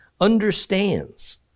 understands